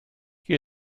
gehe